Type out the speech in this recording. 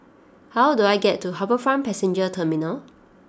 how do I get to HarbourFront Passenger Terminal